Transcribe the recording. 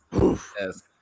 yes